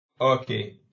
Okay